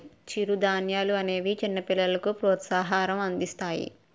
చిరుధాన్యాలనేవి చిన్నపిల్లలకు పోషకాహారం అందిస్తాయి